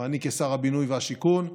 ואני כשר הבינוי והשיכון,